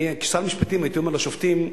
כשר המשפטים הייתי אומר לשופטים: